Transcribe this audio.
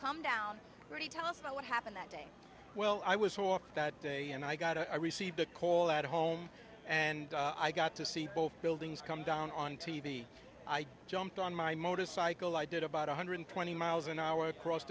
come down really tell us about what happened that day well i was off that day and i got i received a call at home and i got to see both buildings come down on t v i jumped on my motorcycle i did about one hundred twenty miles an hour across